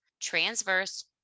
transverse